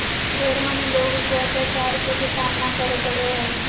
ढेर मनी लोग के अत्याचार के भी सामना करे पड़ो हय